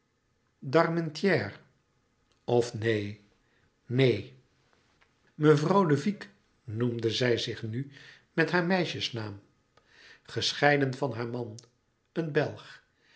d'armentières of neen neen mevrouw de vicq noemde zij zich nu met haar meisjesnaam gescheiden van haar man een